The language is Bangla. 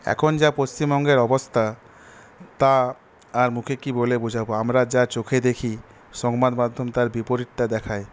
এখন যা পশ্চিমবঙ্গের অবস্থা তা আর মুখে কি বলে বোঝাবো আমরা যা চোখে দেখি সংবাদমাধ্যম তার বিপরীতটা দেখায়